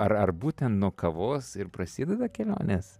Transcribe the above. ar ar būtent nuo kavos ir prasideda kelionės